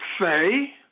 say